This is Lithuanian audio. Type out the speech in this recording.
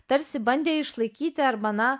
tarsi bandė išlaikyti arba na